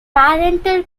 parental